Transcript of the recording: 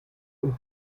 und